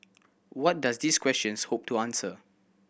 what does these questions hope to answer